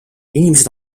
inimesed